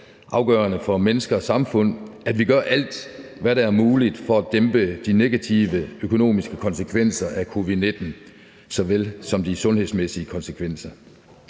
afgørende for mennesker og samfund – at vi gør alt, hvad der er muligt, for at dæmpe de negative økonomiske konsekvenser af covid-19 såvel som de sundhedsmæssige konsekvenser.